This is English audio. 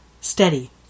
Steady